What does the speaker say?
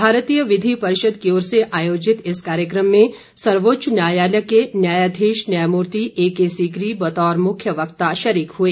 भारतीय विधि परिषद की ओर से आयोजित इस कार्यक्रम में सर्वोच्च न्यायालय के न्यायधीश न्यायमूर्ति एके सीकरी बतौर मुख्य वक्ता शरीक हुए